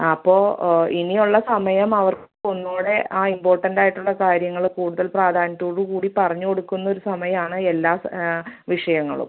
ആ അപ്പോൾ ഇനിയുള്ള സമയം അവർക്ക് ഒന്നൂടെ ആ ഇമ്പോട്ടൻടായിട്ടുള്ള കാര്യങ്ങൾ കൂടുതൽ പ്രാധാന്യത്തോടു കൂടി പറഞ്ഞ് കൊടുക്കുന്നൊരു സമയമാണ് എല്ലാ വിഷയങ്ങളും